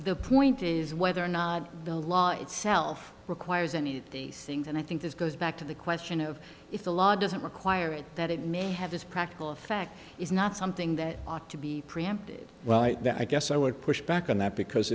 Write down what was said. the point is whether or not the law itself requires any of these things and i think this goes back to the question of if the law doesn't require it that it may have this practical effect isn't not something that ought to be preempted well i guess i would push back on that because